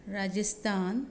Rajasthan